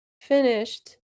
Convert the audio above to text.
finished